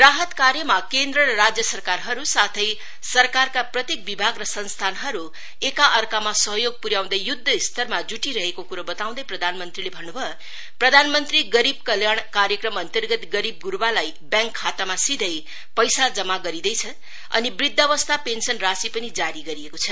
राहत कार्यमा केन्द्र र राज्य सरकारहरु साथै सरकारका प्रत्येक विभाग र संस्थानहरू एकाअर्कामा सहयोग पुर्यीउँदै युद्ध स्तरमा जुटिरहेको कुरो वताउँदै प्रधान मंत्रीले भन्नु भयो प्रधानमंत्री गरीब कल्याण कार्यक्रमअन्तर्गत गरीबगुर्वालाई व्यांक खातामा सीधै पैसा जमा गरिन्दैछ अनि वृद्धावस्था पेन्शन राशि पनि जारी गरिएको छ